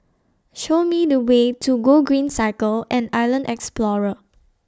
Show Me The Way to Gogreen Cycle and Island Explorer